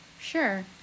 sure